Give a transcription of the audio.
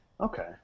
Okay